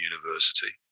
University